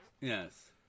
Yes